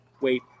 wait